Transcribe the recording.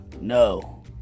no